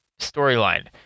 storyline